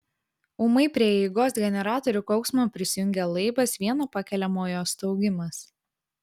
ūmai prie eigos generatorių kauksmo prisijungė laibas vieno pakeliamojo staugimas